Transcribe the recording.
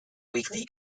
weekly